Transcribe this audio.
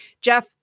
Jeff